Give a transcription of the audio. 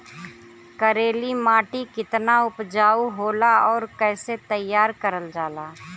करेली माटी कितना उपजाऊ होला और कैसे तैयार करल जाला?